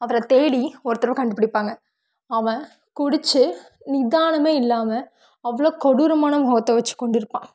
அவரை தேடி ஒருத்தரை கண்டுபிடிப்பாங்க அவன் குடித்து நிதானமே இல்லாமல் அவ்வளோ கொடூரமான முகத்த வெச்சிக் கொண்டிருப்பான்